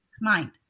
mind